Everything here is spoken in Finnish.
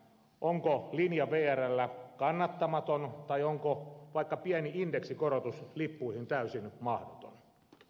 onko linja vrllä kannattamaton tai onko vaikka pieni indeksikorotus lippuihin täysin mahdoton